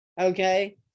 Okay